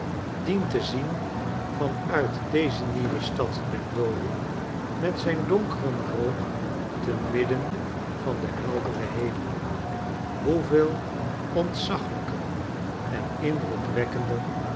dien te zien van uit deze nieuwe stad der dooden met zijn donkeren rook te midden van den helderen heme hoeveel ontzaglijker en indrukwekkender